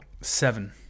seven